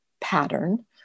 pattern